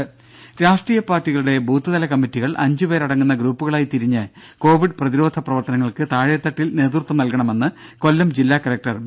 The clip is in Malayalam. രും രാഷ്ട്രീയ പാർട്ടികളുടെ ബൂത്തുതല കമ്മിറ്റികൾ അഞ്ചു പേരടങ്ങുന്ന ഗ്രൂപ്പുകളായി തിരിഞ്ഞ് കോവിഡ് പ്രതിരോധ പ്രവർത്തനങ്ങൾക്ക് താഴെതട്ടിൽ നേതൃത്വം നൽകണമെന്ന് കൊല്ലം ജില്ലാ കലക്ടർ ബി